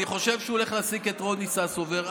אני חושב שהוא הולך להעסיק את רוני ססובר.